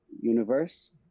universe